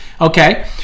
okay